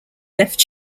left